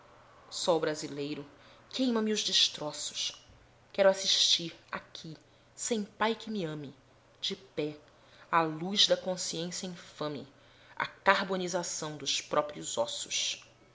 sol brasileiro queima me os destroços quero assistir aqui sem pai que me ame de pé à luz da consciência infame à carbonização dos próprios ossos